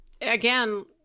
again